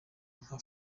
nka